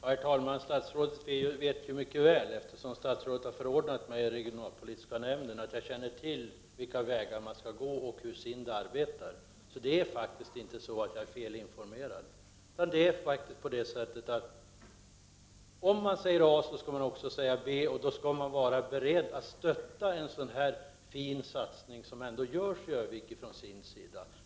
Herr talman! Statsrådet vet mycket väl, eftersom statsrådet har förordnat mig till den regionalpolitiska nämnden, att jag känner till vilka vägar man skall gå och hur SIND arbetar. Jag är faktiskt inte felinformerad. Om man säger A skall man också säga B, och då skall man vara beredd att stötta en sådan fin satsning som den som görs av SIND i Örnsköldsvik.